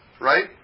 right